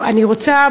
אני רוצה,